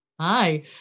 Hi